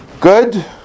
good